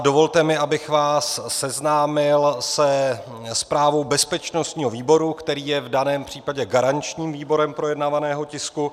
Dovolte mi, abych vás seznámil se zprávou bezpečnostního výboru, který je v daném případě garančním výborem projednávaného tisku.